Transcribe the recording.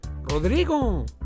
Rodrigo